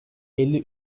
elli